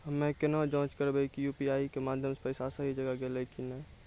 हम्मय केना जाँच करबै की यु.पी.आई के माध्यम से पैसा सही जगह गेलै की नैय?